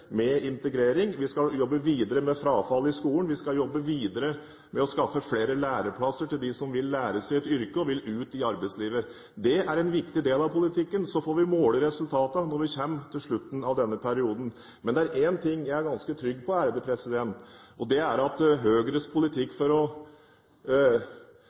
med integrering. Vi skal jobbe videre med frafall i skolen. Vi skal jobbe videre med å skaffe flere læreplasser til dem som vil lære seg et yrke og vil ut i arbeidslivet. Det er en viktig del av politikken. Så får vi måle resultatene når vi kommer til slutten av denne perioden. Men det er én ting jeg er ganske trygg på, og det er at Høyres politikk,